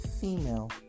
female